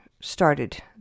started